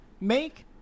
make